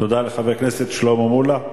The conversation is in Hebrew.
תודה לחבר הכנסת שלמה מולה.